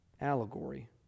allegory